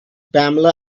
pamela